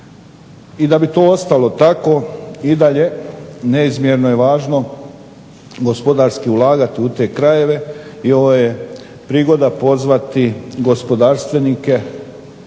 i da bi to ostalo tako i dalje neizmjerno je važno gospodarski ulagati u te krajeve i ovo je prigoda pozvati gospodarstvenike